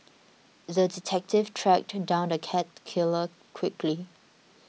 the detective tracked down the cat killer quickly